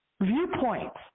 viewpoints